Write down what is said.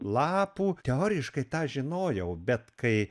lapų teoriškai tą žinojau bet kai